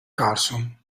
carson